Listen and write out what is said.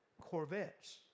Corvettes